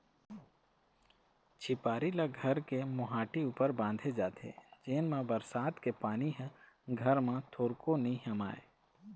झिपारी ल घर के मोहाटी ऊपर बांधे जाथे जेन मा बरसात के पानी ह घर म थोरको नी हमाय